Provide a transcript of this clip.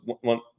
one